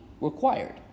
required